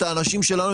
את האנשים שלנו,